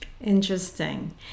Interesting